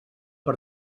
per